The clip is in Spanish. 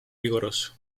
vigoroso